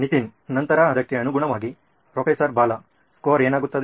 ನಿತಿನ್ ನಂತರ ಅದಕ್ಕೆ ಅನುಗುಣವಾಗಿ ಪ್ರೊಫೆಸರ್ ಬಾಲಾ ಸ್ಕೋರ್ ಏನಾಗುತ್ತದೆ